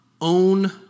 own